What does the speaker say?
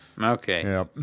Okay